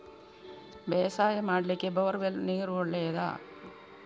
ಬೇಸಾಯ ಮಾಡ್ಲಿಕ್ಕೆ bore well ನೀರು ಒಳ್ಳೆಯದಾ?